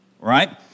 right